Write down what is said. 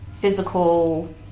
physical